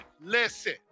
listen